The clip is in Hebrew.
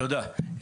תודה.